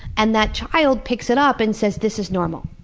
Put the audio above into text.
and that child picks it up and says, this is normal.